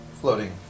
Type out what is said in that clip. floating